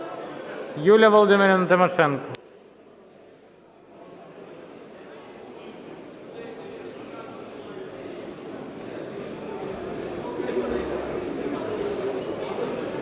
Юлія Володимирівна Тимошенко.